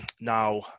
Now